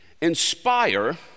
inspire